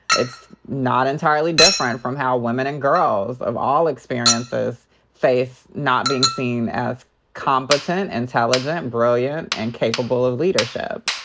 it's not entirely different from how women and girls of all experiences face not being seen as competent, intelligent, brilliant, and capability of leadership.